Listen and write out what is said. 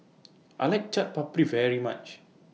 I like Chaat Papri very much